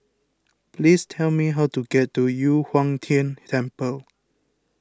please tell me how to get to Yu Huang Tian Temple